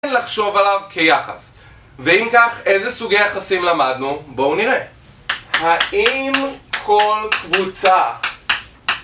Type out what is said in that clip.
לחשוב עליו כיחס ואם כך, איזה סוגי יחסים למדנו? בואו נראה האם כל קבוצה